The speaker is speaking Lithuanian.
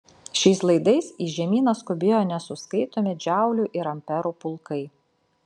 šiais laidais į žemyną skubėjo nesuskaitomi džaulių ir amperų pulkai